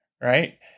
Right